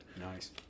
nice